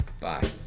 Bye